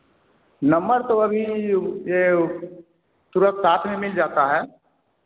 number तो अभी यह यह तुरंत साथ में मिल जाता है